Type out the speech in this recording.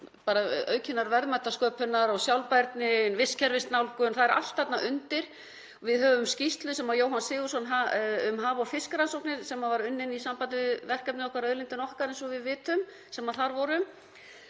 til aukinnar verðmætasköpunar og sjálfbærni, vistkerfisnálgun, það er allt þarna undir. Við höfum skýrslu eftir Jóhann Sigurðsson, um haf- og fiskirannsóknir, sem var unnin í sambandi við verkefnið Auðlindin okkar, eins og við vitum sem þar vorum.